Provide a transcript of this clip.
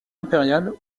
impériale